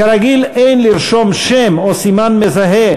כרגיל, אין לרשום שם או סימן מזהה